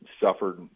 suffered